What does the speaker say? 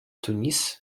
тунис